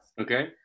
Okay